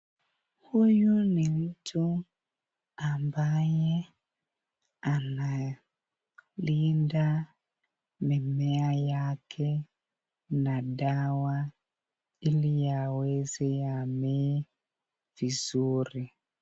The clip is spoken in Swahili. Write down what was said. Huyu ni mtu ambaye analinda mimea yake na dawa ili iweze yamee vizuri.